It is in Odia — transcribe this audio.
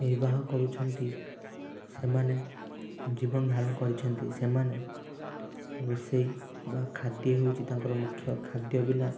ନିର୍ବାହ କରୁଛନ୍ତି ସେମାନେ ଜୀବନ ଧାରଣ କରିଛନ୍ତି ସେମାନେ ରୋଷେଇ ବା ଖାଦ୍ୟ ହେଉଛି ତାଙ୍କର ମୁଖ୍ୟ ଖାଦ୍ୟ ବିନା